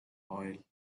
oil